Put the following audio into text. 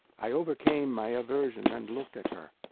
i overcame my aversion and looked at her.